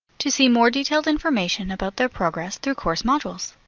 to see more detailed information about their progress through course modules.